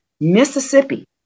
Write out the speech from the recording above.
Mississippi